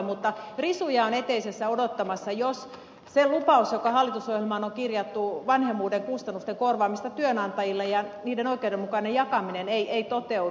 mutta risuja on eteisessä odottamassa jos se lupaus joka hallitusohjelmaan on kirjattu vanhemmuuden kustannusten korvaamisesta työnantajille ja niiden oikeudenmukaisesta jakamisesta ei toteudu